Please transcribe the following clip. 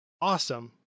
awesome